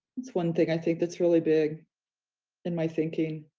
it's one thing i think that's really big in my thinking,